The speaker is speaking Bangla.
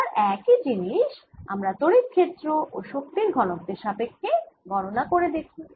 এবার একই জিনিষ আমরা তড়িৎ ক্ষেত্র ও শক্তির ঘনত্বের সাপক্ষ্যে গণনা করে দেখি